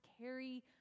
carry